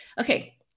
okay